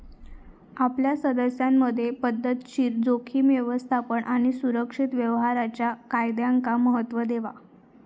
आपल्या सदस्यांमधे पध्दतशीर जोखीम व्यवस्थापन आणि सुरक्षित व्यवहाराच्या फायद्यांका महत्त्व देवा